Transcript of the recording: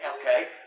Okay